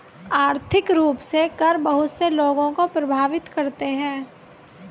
आर्थिक रूप से कर बहुत से लोगों को प्राभावित करते हैं